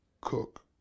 cook